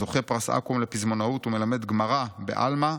זוכה פרס אקו"ם לפזמונאות ומלמד גמרא בעלמא,